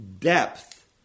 depth